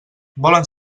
volen